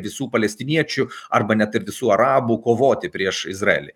visų palestiniečių arba net ir visų arabų kovoti prieš izraelį